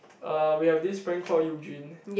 uh we have this friend called Eugene